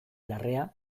larrea